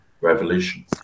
revolution